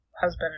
husband